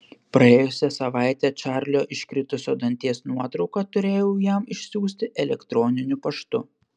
praėjusią savaitę čarlio iškritusio danties nuotrauką turėjau jam išsiųsti elektroniniu paštu